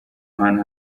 hantu